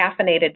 caffeinated